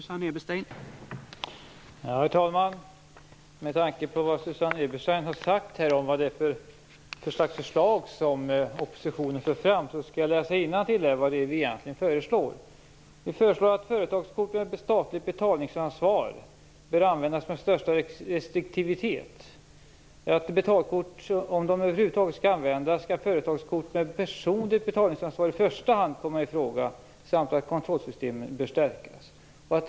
Herr talman! Med tanke på vad Susanne Eberstein har sagt här om vad det är för förslag som oppositionen för fram skall jag läsa innantill här vad vi egentligen föreslår. Vi föreslår att "företagskort med statligt betalningsansvar bör användas med största restriktivitet, att om betalkort över huvud taget används skall företagskort med personligt betalningsansvar i första hand komma i fråga samt att kontrollsystemen bör stärkas".